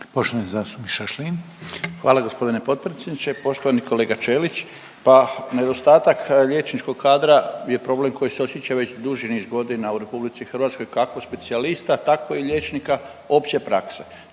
Stipan (HDZ)** Hvala g. potpredsjedniče. Poštovani kolega Ćelić, pa nedostatak liječničkog kadara je problem koji se osjeća već duži niz godina u RH kako specijalista tako i liječnika opće prakse.